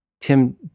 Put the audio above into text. Tim